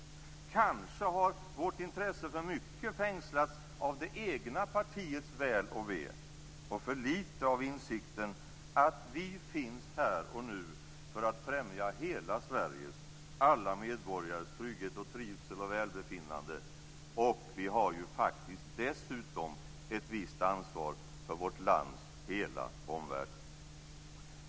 Kanske har vårt intresse för mycket fängslats av det egna partiets väl och ve och för litet av insikten att vi finns här och nu för att främja hela Sveriges, alla medborgares, trygghet, trivsel och välbefinnande. Dessutom har vi ju faktiskt ett visst ansvar för vårt lands hela omvärld.